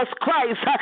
Christ